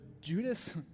Judas